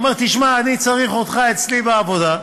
אומר: אני צריך אותך אצלי בעבודה,